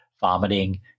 vomiting